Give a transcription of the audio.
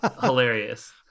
hilarious